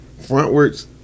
frontwards